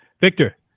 Victor